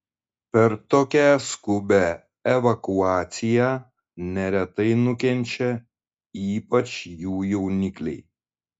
per tokią skubią evakuaciją neretai nukenčia ypač jų jaunikliai